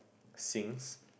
Sings